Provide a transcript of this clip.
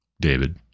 David